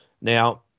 Now